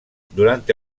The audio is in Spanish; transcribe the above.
durante